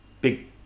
big